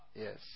Yes